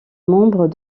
membres